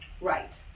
Right